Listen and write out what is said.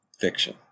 fiction